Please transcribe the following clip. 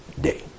day